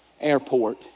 airport